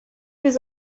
was